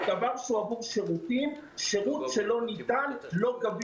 היתרון של מערכות החינוך שלנו גם בכך שהם